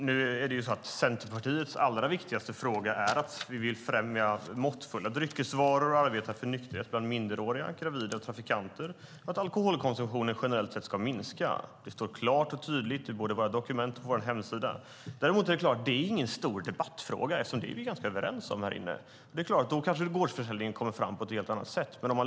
Herr talman! Centerpartiets allra viktigaste fråga är att vi vill främja måttfulla dryckesvanor och arbeta för nykterhet bland minderåriga, gravida och trafikanter. Vi vill också att alkoholkonsumtionen generellt sett ska minska. Det står klart och tydligt i våra dokument och på vår hemsida. Det är dock ingen stor debattfråga eftersom vi är ganska överens om det här inne, och då kommer kanske gårdsförsäljningen fram på ett annat sätt.